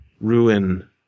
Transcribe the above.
ruin